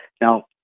Now